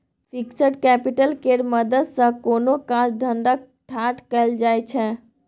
fixed capital केर मदद सँ कोनो काज धंधा ठाढ़ कएल जाइ छै